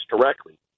directly